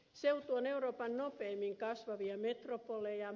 seutu on euroopan nopeimmin kasvavia metropoleja